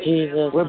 Jesus